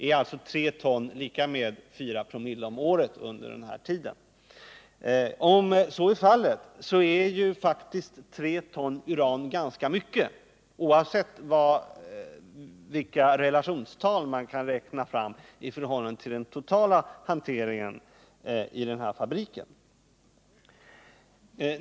Är alltså 3 ton lika med 4 ?/oo om året under den aktuella tiden? Om så är fallet är 3 ton uran faktiskt ganska mycket, oavsett vilka relationstal man kan räkna fram i förhållande till den totala hanteringen vid den här fabriken.